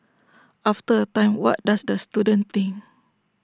after A time what does the student think